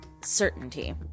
Certainty